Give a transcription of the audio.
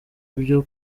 byo